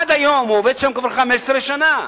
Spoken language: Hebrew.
הוא עובד שם כבר 15 שנה,